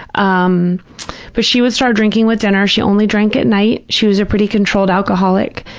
um but she would start drinking with dinner. she only drank at night. she was a pretty controlled alcoholic.